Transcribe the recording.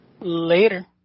later